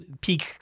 peak